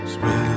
Spread